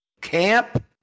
camp